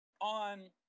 on